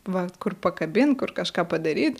va kur pakabint kur kažką padaryt